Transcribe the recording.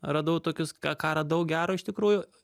radau tokius ką ką radau gero iš tikrųjų